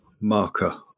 marker